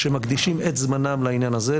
שמקדישים את זמנם לעניין הזה.